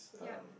yup